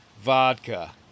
vodka